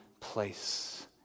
place